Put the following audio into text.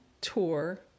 tour